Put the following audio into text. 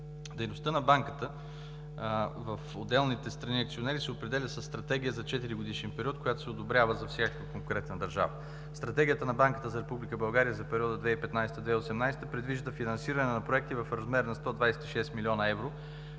Дейността на банката в отделните страни-акционери се определя със стратегия за 4-годишен период, която се одобрява за всяка конкретна държава. Стратегията на банката за Република България за периода 2015 – 2018 г. предвижда финансиране на проекти в размер на 126 млн. евро